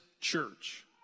church